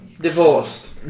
Divorced